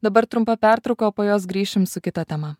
dabar trumpa pertrauka po jos grįšime su kita tema